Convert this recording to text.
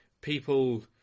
people